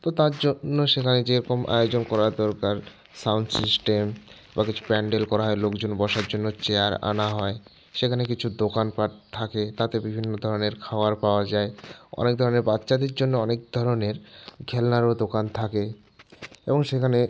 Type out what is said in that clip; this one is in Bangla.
তো তার জন্য সেখানে যেরকম আয়োজন করার দরকার সাউন্ড সিস্টেম বা কিছু প্যান্ডেল করা হয় লোকজন বসার জন্য চেয়ার আনা হয় সেখানে কিছু দোকানপাট থাকে তাতে বিভিন্ন ধরনের খাওয়ার পাওয়া যায় অনেক ধরনের বাচ্চাদের জন্য অনেক ধরনের খেলনারও দোকান থাকে এবং সেখানে